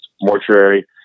mortuary